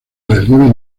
relieve